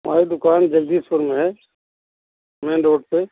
हमारी दुकान जगदीशपुर में है मेन रोड पर